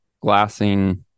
glassing